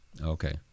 Okay